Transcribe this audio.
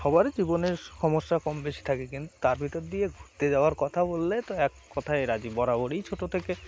সবারই জীবনের সমস্যা কম বেশি থাকে কিন্তু তার ভিতর দিয়ে ঘুরতে যাওয়ার কথা বললে তো এক কথাই রাজি বরাবরই ছোটো থেকে